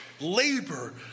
labor